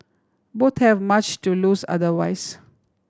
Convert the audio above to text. both have much to lose otherwise